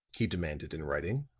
he demanded in writing.